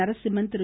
Narasimhan Thiru